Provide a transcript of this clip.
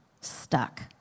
stuck